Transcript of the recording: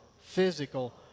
physical